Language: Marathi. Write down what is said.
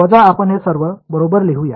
वजा आपण हे सर्व बरोबर लिहू या